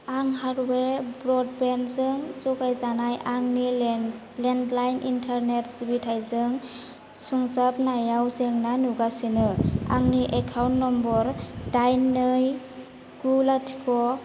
आं हारवे ब्रडबेन्ड जों जगायजानाय आंनि लेन्डलाइन इन्टारनेट सिबिथाइजों सुंजाबनायाव जेंना नुगासिनो आंनि एकाउन्ट नम्बर दाइन नै गु लाथिख'